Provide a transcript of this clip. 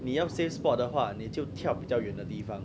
你要 safe spot 的话你就跳比较远的地方